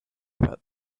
about